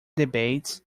debates